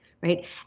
right